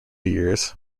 years